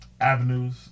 avenues